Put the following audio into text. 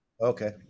okay